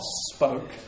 spoke